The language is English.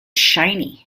shiny